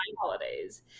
holidays